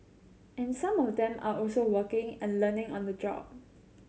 and some of them are also working and learning on the job